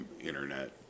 internet